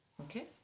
okay